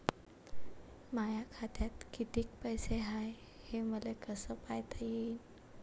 माया खात्यात कितीक पैसे हाय, हे मले कस पायता येईन?